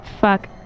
Fuck